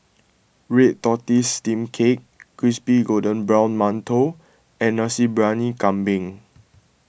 Red Tortoise Steamed Cake Crispy Golden Brown Mantou and Nasi Briyani Kambing